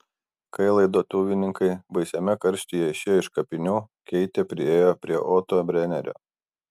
kai laidotuvininkai baisiame karštyje išėjo iš kapinių keitė priėjo prie oto brenerio